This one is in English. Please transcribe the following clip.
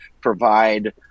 provide –